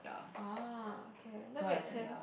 ah okay that make sense